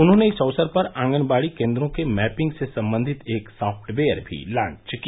उन्होंने इस अवसर पर आंगनबाड़ी केन्द्रों के मैपिंग से संबंधित एक साफ्टवेयर भी लांच किया